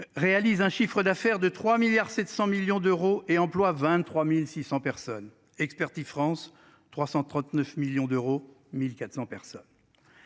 Réalise un chiffre d'affaires de 3 milliards 700 millions d'euros et emploie 23.600 personnes expertes iFrance. 339 millions d'euros. 1400 personnes.